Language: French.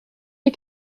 les